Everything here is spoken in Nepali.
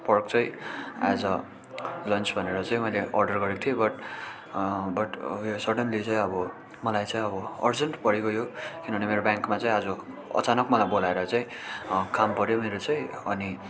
पर्क चाहिँ एज ए लन्च भनेर चाहिँ मैले अर्डर गरेको थिएँ बट बट सडन्ली चाहिँ अब मलाई चाहिँ अब अर्जेन्ट परिगयो किनभने मेरो ब्याङ्कमा चाहिँ आज अचानक मलाई बोलाएर चाहिँ काम पऱ्यो मेरो चाहिँ अनि